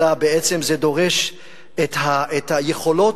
אלא בעצם זה דורש את היכולות,